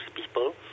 people